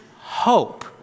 hope